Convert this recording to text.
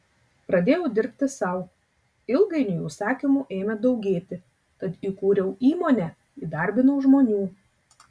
pradėjau dirbti sau ilgainiui užsakymų ėmė daugėti tad įkūriau įmonę įdarbinau žmonių